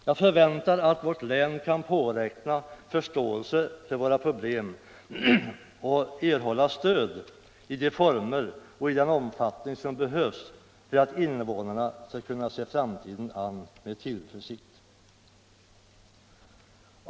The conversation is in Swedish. Jag förväntar mig att vårt län kan påräkna förståelse för våra problem och att vi kan erhålla stöd i de former och i den omfattning som behövs för att invånarna skall kunna se framtiden an med tillförsikt.